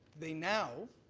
they now,